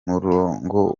murongo